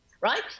right